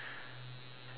why you bluff me